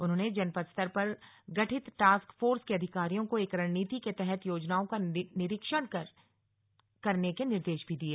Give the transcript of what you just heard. उन्होंने जनपद स्तर पर गठित टास्कफोर्स के अधिकारियों को एक रणनीति के तहत योजनाओं का निरीक्षण कर करने के निर्देश दिये